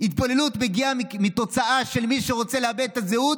התבוללות מגיעה כתוצאה של מי שרוצה לאבד את הזהות.